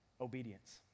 obedience